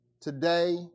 Today